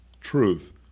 truth